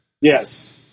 Yes